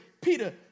Peter